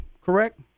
Correct